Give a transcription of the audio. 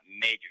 major